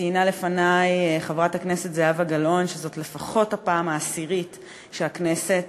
ציינה לפני חברת הכנסת זהבה גלאון שזאת לפחות הפעם העשירית שהכנסת